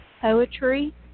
poetry